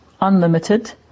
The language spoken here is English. unlimited